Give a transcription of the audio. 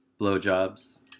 blowjobs